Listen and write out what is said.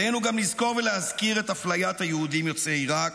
עלינו גם לזכור ולהזכיר את אפליית היהודים יוצאי עיראק